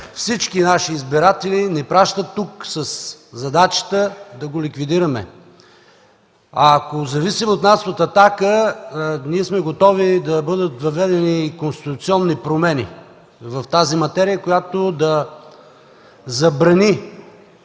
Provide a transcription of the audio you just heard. всички наши избиратели ни пращат тук със задачата да го ликвидираме. Ако зависи от „Атака”, готови сме да бъдат въведени конституционни промени в тази материя, които да забранят